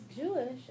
Jewish